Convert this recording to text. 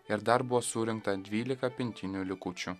ir dar buvo surinkta dvylika pintinių likučių